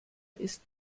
ist